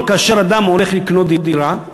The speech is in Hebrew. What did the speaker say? כאשר אדם הולך לקנות דירה,